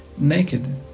Naked